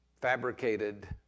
fabricated